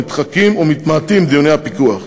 נדחקים ומתמעטים דיוני הפיקוח.